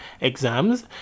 exams